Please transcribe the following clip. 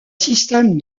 système